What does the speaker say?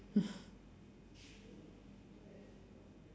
mm